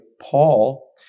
Paul